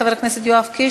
מקובל, חבר הכנסת יואב קיש?